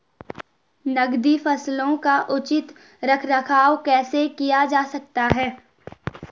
नकदी फसलों का उचित रख रखाव कैसे किया जा सकता है?